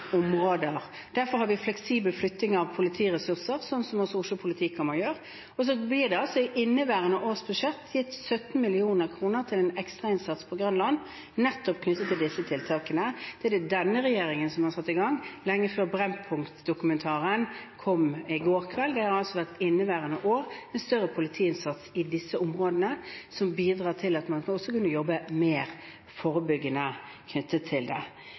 områder. Derfor har vi fleksibel flytting av politiressurser, sånn som hos Oslo politikammer. Og så blir det altså i inneværende års budsjett gitt 17 mill. kr til en ekstrainnsats på Grønland nettopp knyttet til disse tiltakene. Det er det denne regjeringen som har satt i gang, lenge før Brennpunkt-dokumentaren kom i går kveld. Det har i inneværende år vært en større politiinnsats i disse områdene, som bidrar til at man også skal kunne jobbe mer forebyggende med dette. Vi har også fornyet og forlenget områdeinnsatsen i Oslo sør og kommer til